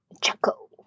chuckle